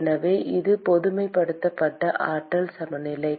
எனவே இது பொதுமைப்படுத்தப்பட்ட ஆற்றல் சமநிலை